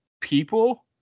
people